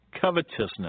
covetousness